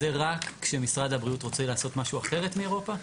זה רק כשמשרד הבריאות רוצה לעשות משהו אחרת מאירופה?